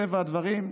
מטבע הדברים,